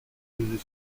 faisait